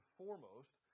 foremost